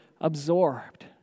absorbed